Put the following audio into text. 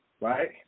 right